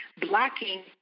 blocking